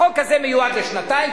החוק הזה מיועד לשנתיים,